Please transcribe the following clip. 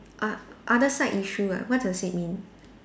o~ other side issue ah what does it mean